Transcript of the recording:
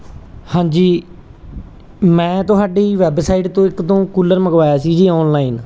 ਹਾਂਜੀ ਮੈਂ ਤੁਹਾਡੀ ਵੈੱਬਸਾਈਟ ਤੋਂ ਇੱਕ ਤੋਂ ਕੂਲਰ ਮੰਗਵਾਇਆ ਸੀ ਜੀ ਆਨਲਾਈਨ